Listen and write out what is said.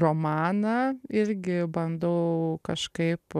romaną irgi bandau kažkaip